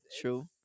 True